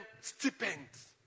stipends